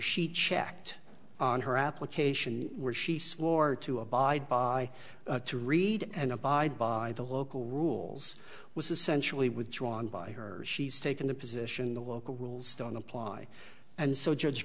she checked on her application where she swore to abide by to read and abide by the local rules was essentially withdrawn by her she's taken the position the local rules don't apply and so judge